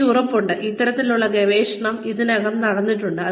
എനിക്ക് ഉറപ്പുണ്ട് ഇത്തരത്തിലുള്ള ഗവേഷണം ഇതിനകം നടക്കുന്നുണ്ട്